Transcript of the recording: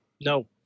No